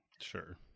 Sure